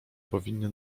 powinny